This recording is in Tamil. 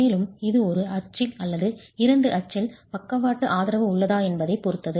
மேலும் இது ஒரு அச்சில் அல்லது இரண்டு அச்சில் பக்கவாட்டு ஆதரவு உள்ளதா என்பதைப் பொறுத்தது